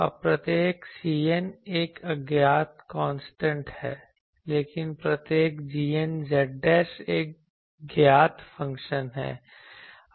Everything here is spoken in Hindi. अब प्रत्येक cn एक अज्ञात कांस्टेंट है लेकिन प्रत्येक gn z एक ज्ञात फ़ंक्शन है